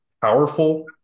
powerful